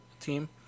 team